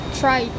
try